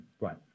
Right